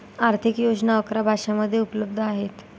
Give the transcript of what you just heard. आर्थिक योजना अकरा भाषांमध्ये उपलब्ध आहेत